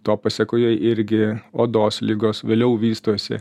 to pasekoje irgi odos ligos vėliau vystosi